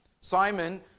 Simon